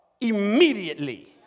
immediately